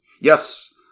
Yes